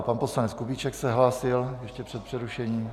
Pan poslanec Kubíček se hlásil ještě před přerušením.